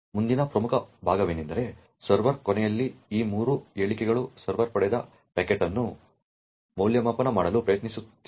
ಮುಂದಿನ ಪ್ರಮುಖ ಭಾಗವೆಂದರೆ ಸರ್ವರ್ ಕೊನೆಯಲ್ಲಿ ಈ ಮೂರು ಹೇಳಿಕೆಗಳು ಸರ್ವರ್ ಪಡೆದ ಪ್ಯಾಕೆಟ್ ಅನ್ನು ಮೌಲ್ಯಮಾಪನ ಮಾಡಲು ಪ್ರಯತ್ನಿಸುತ್ತಿದೆ